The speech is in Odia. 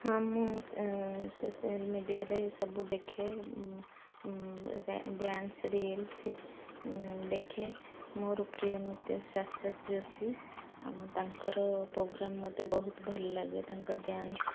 ହଁ ମୁଁ ସୋସିଆଲ୍ ମିଡ଼ିଆରେ ସବୁ ଦେଖେ ଡ୍ୟାନ୍ସ ରିଲ୍ସ ଦେଖେ ମୋର ପ୍ରିୟ ନୃତ୍ୟ ଶାଶ୍ୱତ ଯୋଶୀ ତାଙ୍କର ପ୍ରୋଗ୍ରାମ ମୋତେ ବହୁତ ଭଲ ଲାଗେ ତାଙ୍କ ଡ୍ୟାନ୍ସ